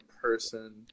person